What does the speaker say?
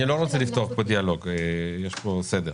אני לא רוצה לפתוח פה דיאלוג, יש פה סדר.